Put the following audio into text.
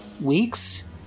weeks